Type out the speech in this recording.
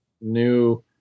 new